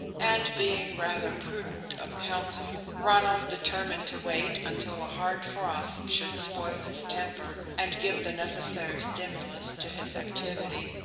and being rather prudent of counsel, ronald determined to wait until a hard frost should spoil his temper and give the necessary stimulus to his activity,